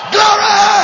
Glory